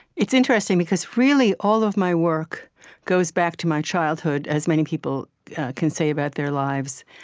it's interesting because, really, all of my work goes back to my childhood, as many people can say about their lives,